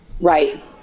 Right